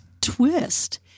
twist